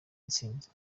intsinzi